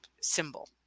symbol